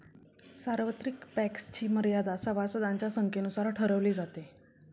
सार्वत्रिक बँक्सची मर्यादा सभासदांच्या संख्येनुसार ठरवली जाते